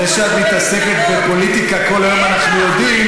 זה שאת מתעסקת בפוליטיקה כל היום אנחנו יודעים.